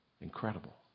Incredible